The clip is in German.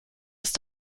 ist